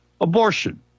abortion